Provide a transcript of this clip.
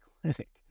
clinic